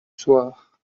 soir